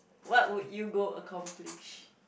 what would you go accomplish